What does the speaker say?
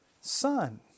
son